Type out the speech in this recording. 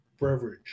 beverage